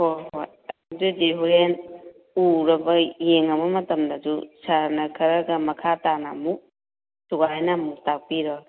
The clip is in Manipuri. ꯍꯣꯏ ꯍꯣꯏ ꯑꯗꯨꯗꯤ ꯍꯣꯔꯦꯟ ꯎꯔꯕ ꯌꯦꯡꯂꯕ ꯃꯇꯝꯗꯁꯨ ꯁꯥꯔꯅ ꯈꯔꯒ ꯃꯈꯥ ꯇꯥꯅ ꯑꯃꯨꯛ ꯁꯨꯒꯥꯏꯅ ꯑꯃꯨꯛ ꯇꯥꯛꯄꯤꯔꯣ